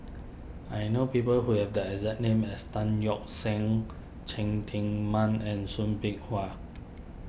I know people who have the exact name as Tan Yeok Seong Cheng Tsang Man and Soo Bin Chua